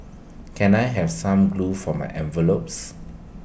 can I have some glue for my envelopes